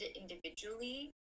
individually